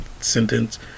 sentence